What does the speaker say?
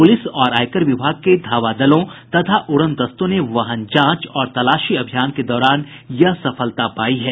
police और आयकर विभाग के धावा दलों तथा उड़न दस्तों ने वाहन जांच और तलाशी अभियान के दौरान यह सफलता पायी है